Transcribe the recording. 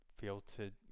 filtered